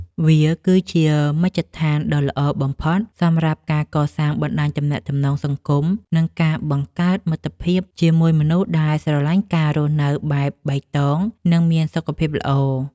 វាគឺជាមជ្ឈដ្ឋានដ៏ល្អបំផុតសម្រាប់ការកសាងបណ្ដាញទំនាក់ទំនងសង្គម និងការបង្កើតមិត្តភាពថ្មីៗជាមួយមនុស្សដែលស្រឡាញ់ការរស់នៅបែបបៃតង និងមានសុខភាពល្អ។